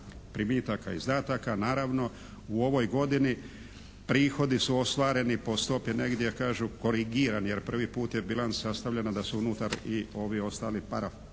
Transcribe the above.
primitaka i izdataka, naravno u ovoj godini prihodi su ostvareni po stopi negdje kažu korigirani jer prvi puta je bilanca stavljena da su unutar i ovi ostali parafondovski